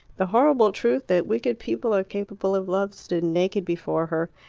the horrible truth, that wicked people are capable of love, stood naked before her,